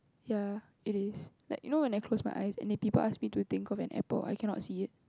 ya it is like you know when I close my eyes and if people ask me to think of an apple I cannot see it